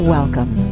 Welcome